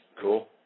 Cool